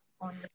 on